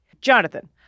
Jonathan